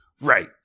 Right